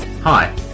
Hi